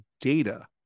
data